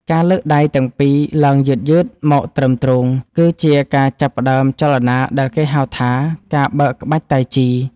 ការលើកដៃទាំងពីរឡើងយឺតៗមកត្រឹមទ្រូង គឺជាការចាប់ផ្ដើមចលនាដែលគេហៅថា ការបើកក្បាច់តៃជី។